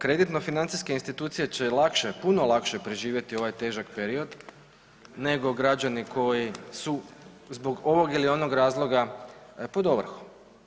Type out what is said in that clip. Kreditno financijske institucije će lakše puno lakše preživjeti ovaj težak period nego građani koji su zbog ovog ili onog razloga pod ovrhom.